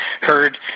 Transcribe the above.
heard